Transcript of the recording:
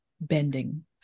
bending